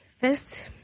first